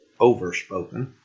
overspoken